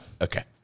Okay